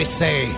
say